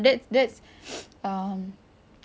that's the thing I don't like to watch